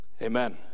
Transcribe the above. Amen